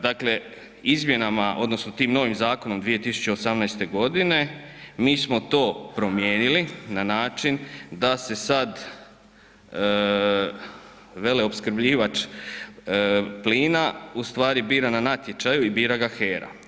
Dakle, izmjenama odnosno tim novim zakonom 2018. godine mi smo to promijenili na način da se sad veleopskrbljivač plina u stvari bira na natječaju i bira ga HERA.